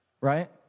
Right